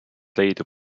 leidub